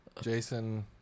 Jason